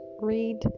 read